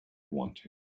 wanted